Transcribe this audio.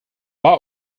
war